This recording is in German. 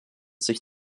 sich